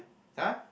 !huh!